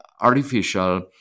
artificial